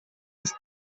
his